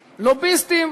לוביסטים,